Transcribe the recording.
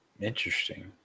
Interesting